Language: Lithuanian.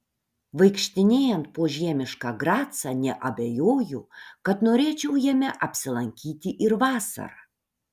vaikštinėjant po žiemišką gracą neabejoju kad norėčiau jame apsilankyti ir vasarą